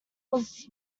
was